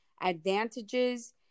advantages